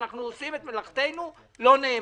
אנחנו עושים את מלאכתנו לא נאמנה.